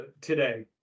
today